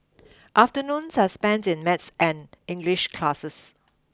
afternoons are spent in math and English classes